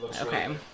Okay